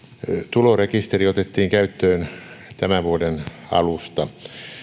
tulorekisteri otettiin käyttöön tämän vuoden alusta